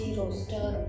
roaster